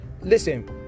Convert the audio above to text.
listen